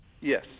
Yes